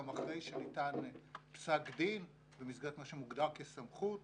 אחרי שניתן פסק דין במסגרת מה שמוגדר כסמכות